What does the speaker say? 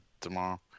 tomorrow